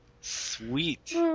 Sweet